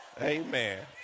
Amen